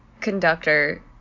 conductor